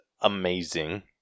amazing